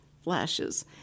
flashes